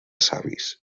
savis